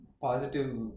positive